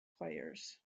players